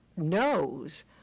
knows